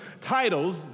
titles